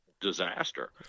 disaster